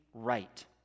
Right